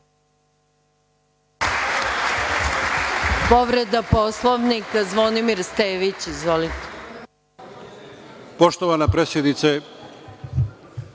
Povreda Poslovnika, Zvonimir Stević.